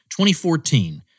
2014